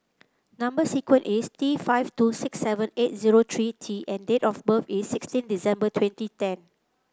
number sequence is T five two six seven eight zero three T and date of birth is sixteen December twenty ten